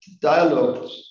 dialogue